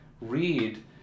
read